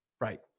Right